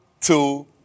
two